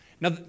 Now